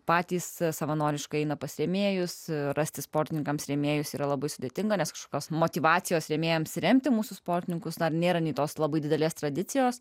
patys savanoriškai eina pas rėmėjus rasti sportininkams rėmėjus yra labai sudėtinga nes kažkas motyvacijos rėmėjams remti mūsų sportininkus dar nėra nei tos labai didelės tradicijos